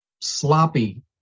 sloppy